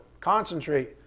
concentrate